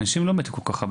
לא מתו כל כך הרבה